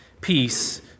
peace